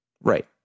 Right